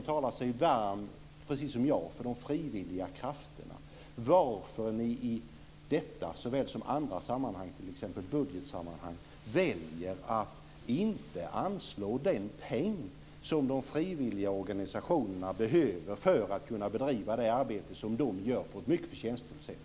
Han talar sig varm, precis som jag, för de frivilliga krafterna. Varför väljer ni då i detta sammanhang precis som i andra, t.ex. i budgetsammanhang, att inte anslå den peng som de frivilliga organisationerna behöver för att kunna bedriva det arbete som de gör på ett mycket förtjänstfullt sätt?